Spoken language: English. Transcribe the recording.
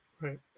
Right